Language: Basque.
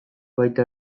baita